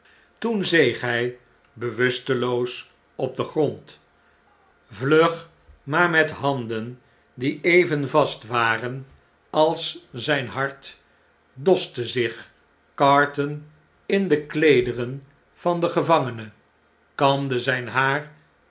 toen zeeghjj bewusteloos op den grond vlug maar met handen die even vast waren als zjjn hart doste zich carton in de kleederen van den gevangene kamde zjn haar